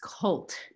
cult